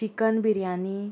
chicken biryani